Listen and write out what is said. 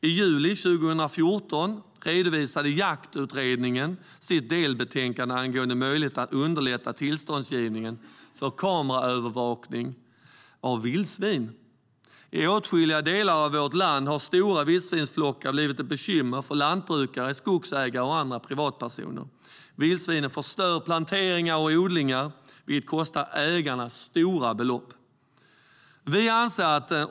I juli 2014 redovisade Jaktutredningen sitt delbetänkande angående möjlighet att underlätta tillståndsgivningen för kameraövervakning av vildsvin. I åtskilliga delar av vårt land har stora vildsvinsflockar blivit ett bekymmer för lantbrukare, skogsägare och andra privatpersoner. Vildsvinen förstör planteringar och odlingar, vilket kostar ägarna stora belopp.